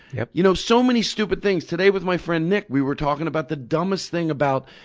yep. you know so many stupid things. today with my friend nick, we were talking about the dumbest thing about,